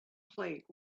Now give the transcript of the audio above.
plate